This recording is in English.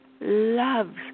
loves